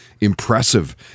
impressive